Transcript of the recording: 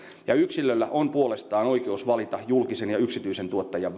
ja yksilöllä on puolestaan oikeus valita julkisen ja yksityisen tuottajan